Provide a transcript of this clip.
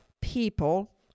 people